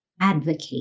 advocate